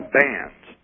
bands